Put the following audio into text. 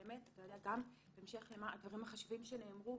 בהמשך לדברים החשובים שנאמרו,